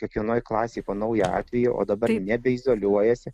kiekvienoj klasėj po naują atvejį o dabar nebe izoliuojasi